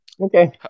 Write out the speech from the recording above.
Okay